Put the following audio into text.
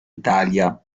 italia